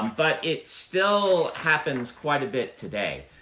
but it still happens quite a bit today.